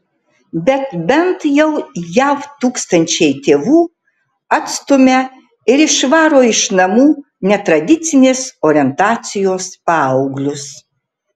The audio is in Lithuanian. bet bent jau jav tūkstančiai tėvų atstumia ir išvaro iš namų netradicinės orientacijos paauglius